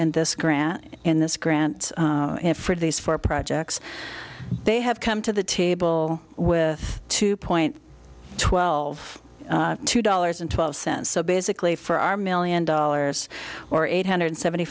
grant in this grant for these four projects they have come to the table with two point twelve two dollars and twelve cents so basically for our million dollars or eight hundred seventy